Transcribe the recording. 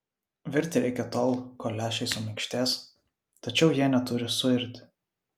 virti reikia tol kol lęšiai suminkštės tačiau jie neturi suirti